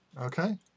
Okay